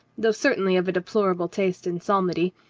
though certainly of a deplorable taste in psalmody.